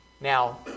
Now